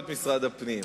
או את משרד הפנים?